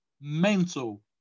mental